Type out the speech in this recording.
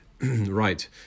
Right